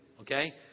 Okay